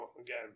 again